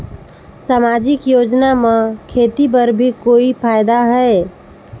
समाजिक योजना म खेती बर भी कोई फायदा है?